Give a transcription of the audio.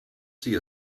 see